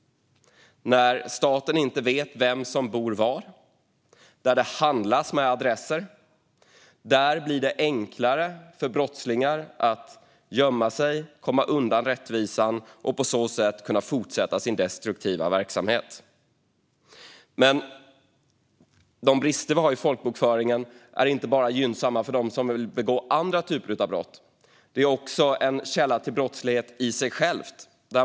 När staten inte vet vem som bor var och det handlas med adresser blir det enklare för brottslingar att gömma sig undan rättvisan och på så sätt fortsätta sin destruktiva verksamhet. De brister vi har i folkbokföringen är också i sig själva en källa till brottslighet.